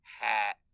hat